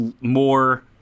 more